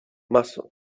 maso